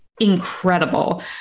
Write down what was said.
incredible